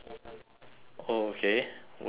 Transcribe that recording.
oh okay when when is it